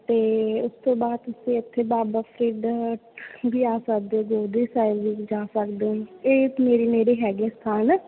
ਅਤੇ ਉਸ ਤੋਂ ਬਾਅਦ ਤੁਸੀਂ ਇੱਥੇ ਬਾਬਾ ਫ਼ਰੀਦ ਵੀ ਆ ਸਕਦੇ ਹੋ ਗੋਦੜੀ ਸਾਹਿਬ ਵੀ ਜਾ ਸਕਦੇ ਇਹ ਮੇਰੇ ਨੇੜੇ ਹੈਗੇ ਆ ਸਥਾਨ